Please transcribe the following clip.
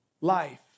Life